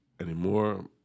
anymore